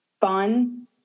fun